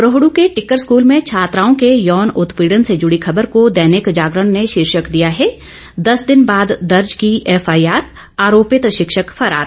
रोहडू के टिक्कर स्कूल में छात्राओं के यौन उत्पीड़न से जुड़ी खबर को दैनिक जागरण ने शीर्षक दिया है दस दिन बाद दर्ज की एफआईआर आरोपित शिक्षक फरार